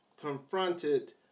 confronted